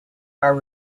are